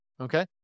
Okay